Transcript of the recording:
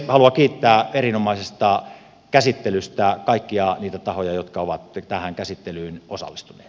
haluan kiittää erinomaisesta käsittelystä kaikkia niitä tahoja jotka ovat tähän käsittelyyn osallistuneet